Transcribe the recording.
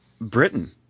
Britain